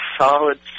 solid